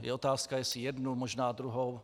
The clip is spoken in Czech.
Je otázka, jestli jednu, možná druhou.